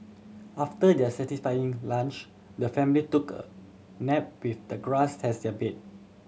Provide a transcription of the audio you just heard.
after their satisfying lunch the family took a nap with the grass as their bed